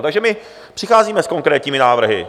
Takže my přicházíme s konkrétními návrhy.